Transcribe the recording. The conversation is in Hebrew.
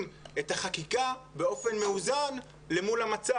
את החקיקה באופן מאוזן למול המצב?